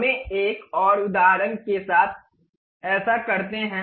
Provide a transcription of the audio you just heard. हमें एक और उदाहरण के साथ ऐसा करते हैं